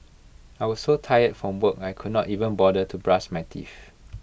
I was so tired from work I could not even bother to brush my teeth